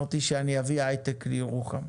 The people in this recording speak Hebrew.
אני אמרתי שאני אביא היי-טק לירוחם.